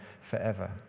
forever